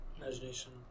Imagination